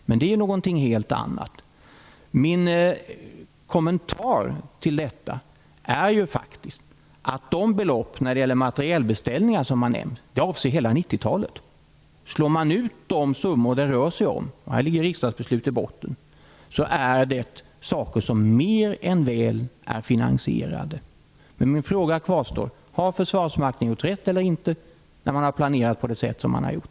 Men det är någonting helt annat. Min kommentar till detta är faktiskt att de belopp när det gäller materielbeställningar som har nämnts avser hela 90-talet. Om man slår ut de summor det rör sig om - här ligger det riksdagsbeslut i botten - är det saker som mer än väl är finansierade. Min fråga kvarstår: Har försvarsmakten gjort rätt eller inte när man har planerat på det sätt som man har gjort?